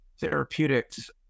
Therapeutics